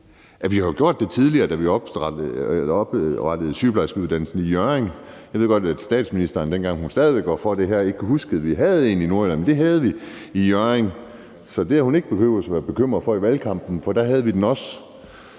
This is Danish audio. Vi har jo gjort det tidligere, da vi oprettede sygeplejerskeuddannelsen i Hjørring. Jeg ved godt, at statsministeren, dengang hun stadig var for det her, ikke kunne huske, at vi havde en i Nordjylland, men det havde vi i Hjørring. Så det har hun ikke behøvet at være bekymret for i valgkampen, for da havde vi den også.